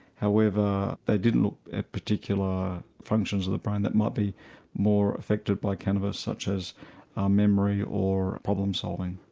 however they didn't look at particular functions of the brain that might be more affected by cannabis such as um memory or problem solving.